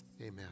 Amen